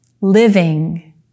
Living